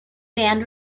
band